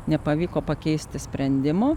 nepavyko pakeisti sprendimo